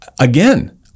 again